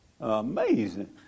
Amazing